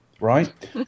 Right